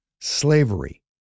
Slavery